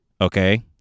okay